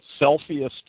selfiest